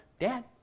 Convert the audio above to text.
Dad